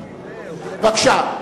בבקשה.